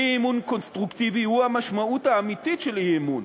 אי-אמון קונסטרוקטיבי הוא המשמעות האמיתית של אי-אמון,